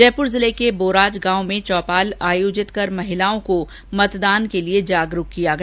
जयपुर जिले के बोराज गांव में चौपाल आयोजित कर महिलाओं को मतदान के लिए जागरूक किया गया